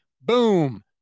boom